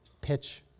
pitch